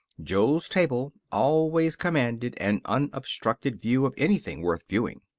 jo's table always commanded an unobstructed view of anything worth viewing.